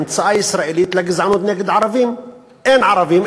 המצאה ישראלית לגזענות נגד ערבים: אין ערבים,